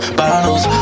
bottles